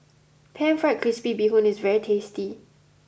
Pan Fried Crispy Bee Hoon is very tasty